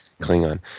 klingon